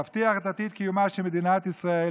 להבטיח את עתיד קיומה של מדינת ישראל,